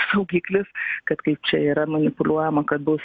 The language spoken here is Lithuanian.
saugiklis kad kaip čia yra manipuliuojama kad bus